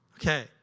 Okay